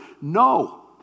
No